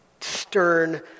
stern